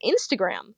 Instagram